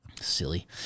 Silly